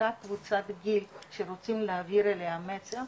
לאותה קבוצת גיל שרוצים להעביר אליה מסר.